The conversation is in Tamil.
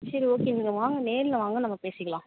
சரி ஓகே நீங்கள் வாங்க நேரில் வாங்க நம்ம பேசிக்கலாம்